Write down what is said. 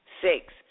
Six